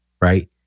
right